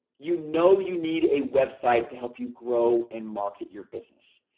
you know you need a website to help you grow and market your business.